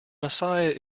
messiah